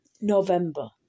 November